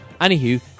Anywho